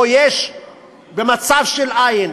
או יש במצב של אין,